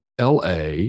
LA